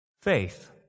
faith